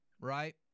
right